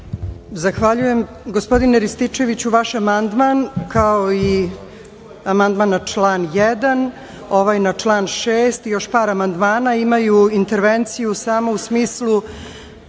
Zahvaljujem. Gospodine Rističeviću, vaš amandman, kao i amandman na član 1, ovaj na član 6. i još par amandmana imaju intervenciju samo u smislu